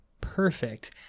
perfect